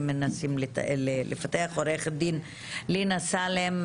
עורכת הדין לינא סאלם,